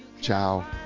ciao